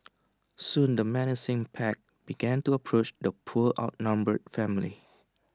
soon the menacing pack began to approach the poor outnumbered family